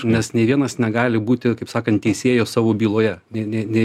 nes nei vienas negali būti kaip sakant teisėju savo byloje nei nei nei